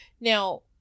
now